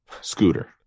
Scooter